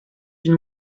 vin